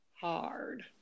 hard